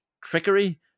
trickery